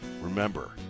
Remember